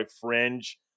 fringe